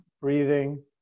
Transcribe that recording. breathing